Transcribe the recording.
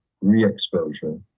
re-exposure